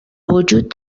وجود